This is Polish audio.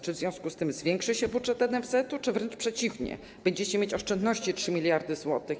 Czy w związku z tym zwiększy się budżet NFZ-u, czy wręcz przeciwnie, będziecie mieć oszczędności w kwocie 3 mld zł?